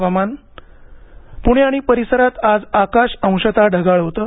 हवामान पुणे आणि परिसरात आज आकाश अंशत ढगाळ होतं